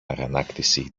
αγανάκτηση